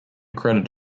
credited